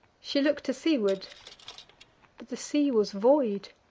she look'd to seaward but the sea was void,